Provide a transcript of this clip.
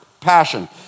passion